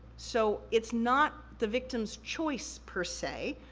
so, it's not the victim's choice, per se,